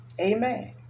amen